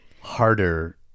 harder